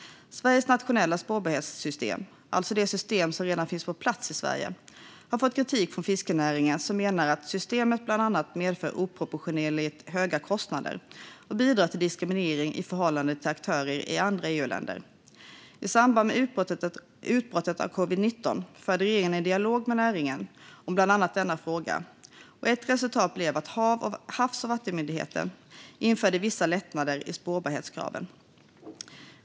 Sveriges nationella spårbarhetssystem, alltså det system som redan finns på plats i Sverige, har fått kritik från fiskenäringen, som menar att systemet bland annat medför oproportionerligt höga kostnader och bidrar till diskriminering i förhållande till aktörer i andra EU-länder. I samband med utbrottet av covid-19 förde regeringen en dialog med näringen om bland annat denna fråga, och ett resultat blev att Havs och vattenmyndigheten införde vissa lättnader i spårbarhetskraven.